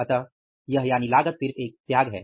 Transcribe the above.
अतः यह यानी लागत सिर्फ एक त्याग है